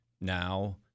now